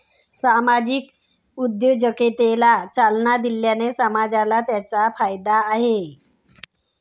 सामाजिक उद्योजकतेला चालना दिल्याने समाजाला त्याचा फायदा आहे